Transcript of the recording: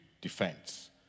Defence